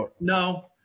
No